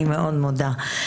אני מאוד מודה.